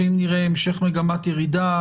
שאם נראה המשך מגמת ירידה,